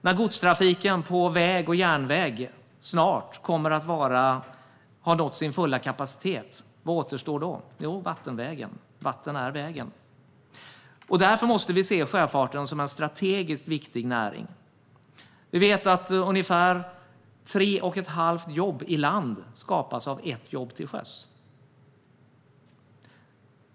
När godstrafiken på väg och järnväg snart kommer att ha nått sin fulla kapacitet, vad återstår då? Jo, vattenvägen. Vatten är vägen. Därför måste vi se sjöfarten som en strategiskt viktig näring. Vi vet att ungefär tre och ett halvt jobb i land skapas av ett jobb till sjöss.